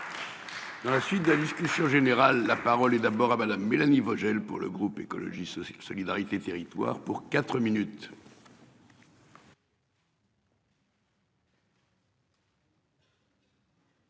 À la suite de la discussion générale. La parole est d'abord à madame Mélanie Vogel, pour le groupe écologiste solidarité et territoires pour 4 minutes.